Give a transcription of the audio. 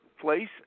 place